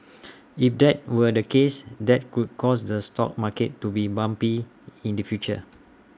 if that were the case that could cause the stock market to be bumpy in the future